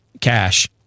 cash